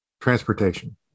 transportation